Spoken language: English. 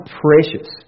precious